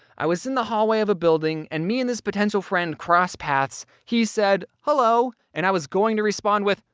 i was in the hallway of a building, and me and this potential friend crossed paths, he said hello, and i was going to respond with,